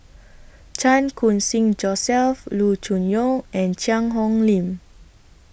Chan Khun Sing Joseph Loo Choon Yong and Cheang Hong Lim